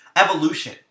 evolution